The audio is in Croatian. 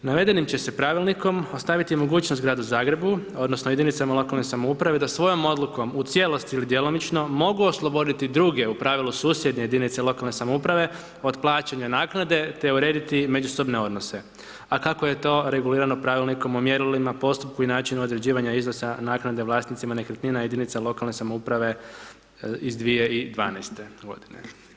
Navedenim će se Pravilnikom ostaviti mogućnost Gradu Zagrebu odnosno jedinicama lokalne samouprave da svojom odlukom u cijelosti ili djelomično mogu osloboditi druge, u pravilu, susjedne jedinice lokalne samouprave od plaćanja naknade, te urediti međusobne odnose, a kako je to regulirano Pravilnikom o mjerilima, postupku i načinu određivanja iznosa naknade vlasnicima nekretnina jedinica lokalne samouprave iz 2012.-te godine.